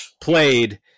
played